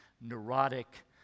neurotic